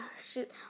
shoot